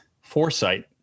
foresight